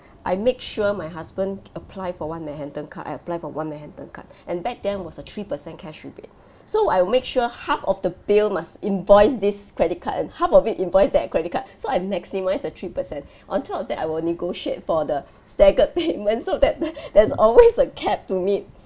I make sure my husband apply for one manhattan card I apply for one manhattan card and back then was a three percent cash rebate so I'll make sure half of the bill must invoice this credit card and half of it invoice that credit card so I maximise a three percent on top of that I will negotiate for the staggered payments so that there there's always a cap to meet